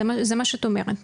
זה מה שאת אומרת,